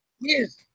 Yes